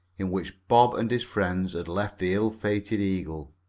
in which bob and his friends had left the ill-fated eagle.